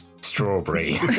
strawberry